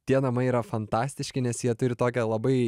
tie namai yra fantastiški nes jie turi tokią labai